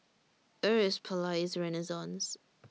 Where IS Palais Renaissance